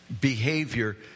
behavior